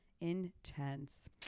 Intense